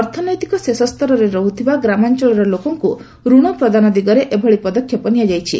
ଅର୍ଥନୈତିକ ଶେଷ ସ୍ତରରେ ରହୁଥିବା ଗ୍ରାମାଞ୍ଚଳର ଲୋକମାନଙ୍କୁ ଋଣ ପ୍ରଦାନ ଦିଗରେ ଏଭଳି ପଦକ୍ଷେପ ନିଆଯାଇଛି